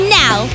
now